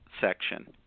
section